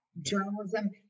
journalism